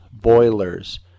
boilers